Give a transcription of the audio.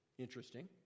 interesting